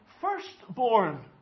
firstborn